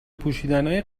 پوشیدنای